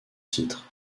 titre